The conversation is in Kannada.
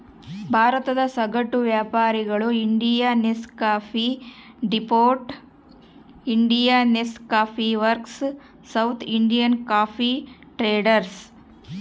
ಭಾರತದ ಸಗಟು ವ್ಯಾಪಾರಿಗಳು Indian coffee depot, Indian coffee works, South Indian coffee traders